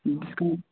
discount